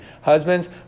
Husbands